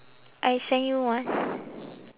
I send you one